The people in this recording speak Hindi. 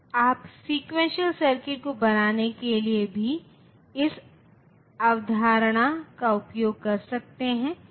आप सेक्वेंसीअल सर्किट को बनाने के लिए भी इस अवधारणा का उपयोग कर सकते हैं